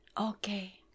Okay